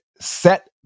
set